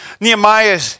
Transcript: Nehemiah